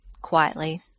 quietly